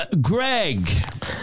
Greg